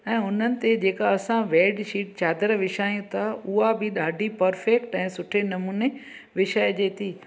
ऐं हुन ते जेका असां बैडशीट चादर विछायूं था उहा बि ॾाढी परफ़ेक्ट ऐं सुठे नमूने विछाए जे थी